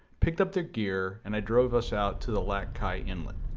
picked up their gear and i drove us out to the lac cai inlet.